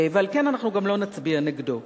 ועל כן אנחנו גם לא נצביע נגדו.